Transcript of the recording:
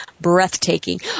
breathtaking